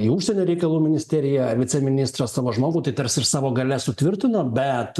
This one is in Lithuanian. į užsienio reikalų ministeriją viceministras savo žmogų tai tarsi ir savo galia sutvirtino bet